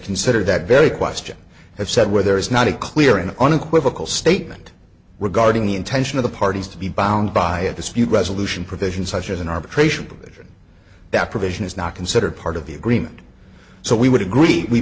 considered that very question have said where there is not a clear and unequivocal statement regarding the intention of the parties to be bound by a dispute resolution provision such as an arbitration provision that provision is not considered part of the agreement so we would agree we